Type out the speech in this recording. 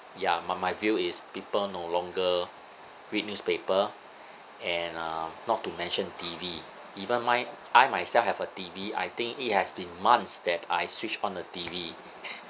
ya my my view is people no longer read newspaper and uh not to mention T_V even my I myself have a T_V I think it has been months that I switch on the T_V